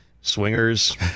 Swingers